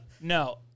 No